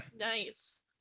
nice